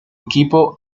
equipo